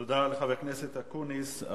תודה לחבר הכנסת אקוניס.